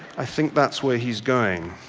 i think that's where he's going.